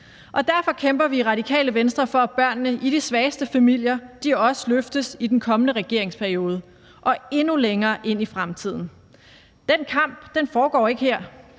Derfor kæmper vi i Radikale Venstre for, at børnene i de svageste familier også løftes i den kommende regeringsperiode og endnu længere ind i fremtiden. Den kamp foregår ikke her.